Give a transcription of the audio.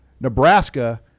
Nebraska